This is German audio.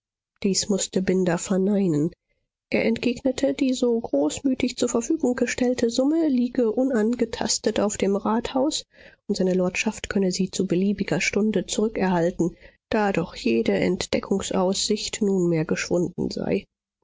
dies mußte binder verneinen er entgegnete die so großmütig zur verfügung gestellte summe liege unangetastet auf dem rathaus und seine lordschaft könne sie zu beliebiger stunde zurückerhalten da doch jede entdeckungsaussicht nunmehr geschwunden sei